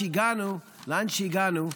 כשהגענו לאן שהגענו,